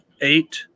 eight